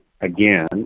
again